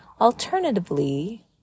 Alternatively